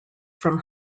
from